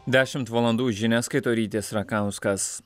dešimt valandų žinias skaito rytis rakauskas